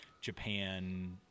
Japan